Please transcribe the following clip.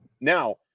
Now